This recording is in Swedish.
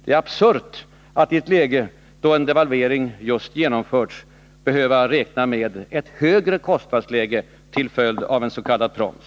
Det är absurt att man i ett läge då en devalvering just har genomförts skall behöva räkna med ett högre kostnadsläge till följd av en s.k. proms.